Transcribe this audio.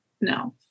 no